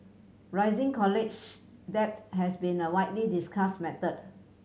rising college debt has been a widely discussed matter